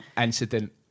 incident